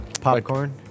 Popcorn